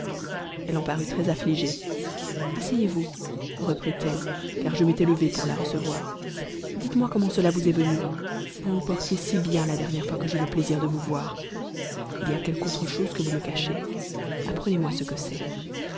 elle en parut très affligée asseyez-vous repritelle car je m'étais levé pour la recevoir dites-moi comment cela vous est venu vous vous portiez si bien la dernière fois que j'eus le plaisir de vous voir il y a quelque autre chose que vous me cachez apprenez-moi ce que c'est